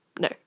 no